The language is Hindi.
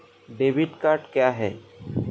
डेबिट कार्ड क्या है?